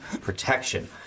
Protection